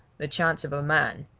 the chance of a man,